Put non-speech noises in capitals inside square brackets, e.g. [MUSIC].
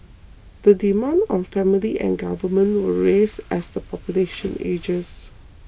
the demands on families and government [NOISE] will rise as the population ages